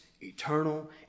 eternal